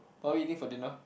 what are we eating for dinner